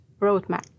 roadmap